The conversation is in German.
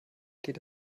geht